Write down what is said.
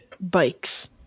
bikes